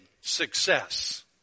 success